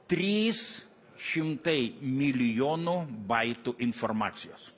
trys šimtai milijonų baitų informacijos